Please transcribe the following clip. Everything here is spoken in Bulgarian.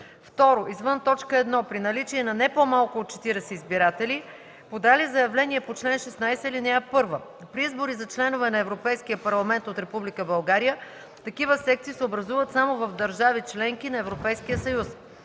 1; 2. извън т. 1 – при наличие на не по-малко от 40 избиратели, подали заявление по чл. 16, ал. 1; при избори за членове на Европейския парламент от Република България такива секции се образуват само в държави - членки на Европейския съюз;